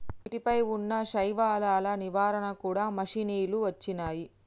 నీటి పై వున్నా శైవలాల నివారణ కూడా మషిణీలు వచ్చినాయి